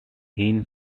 hines